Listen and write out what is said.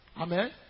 Amen